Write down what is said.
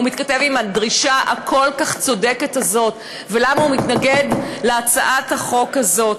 מתכתב עם הדרישה הכל-כך צודקת הזאת ולמה הוא מתנגד להצעת החוק הזאת.